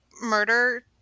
murder